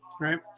Right